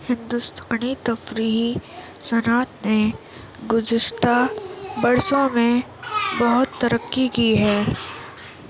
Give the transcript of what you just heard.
ہندوستانی تفریحی صنعت نے گذشتہ برسوں میں بہت ترقی کی ہے